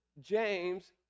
James